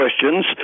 questions